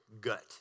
gut